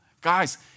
Guys